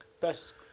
best